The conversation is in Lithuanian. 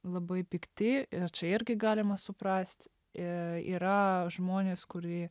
labai pikti ir čia irgi galima suprast ir yra žmonės kurie